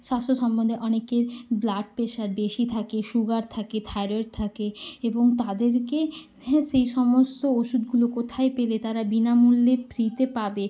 স্বাস্থ্য সম্বন্ধে অনেকের ব্লাড প্রেসার বেশি থাকে সুগার থাকে থাইরয়েড থাকে এবং তাদেরকে হ্যাঁ সেই সমস্ত ওষুধগুলো কোথায় পেলে তারা বিনামূল্যে ফ্রিতে পাবে